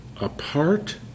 Apart